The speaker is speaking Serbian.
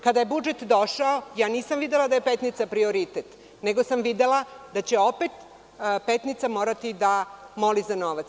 Kada je budžet došao, ja nisam videla da je Petnica prioritet, nego sam videla da će opet Petnica morati da moli za novac.